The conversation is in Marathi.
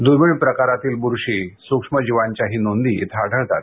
दुर्मिळ प्रकारातील बुरशी सूक्ष्म जीवांच्याही नोंदी इथे आढळतात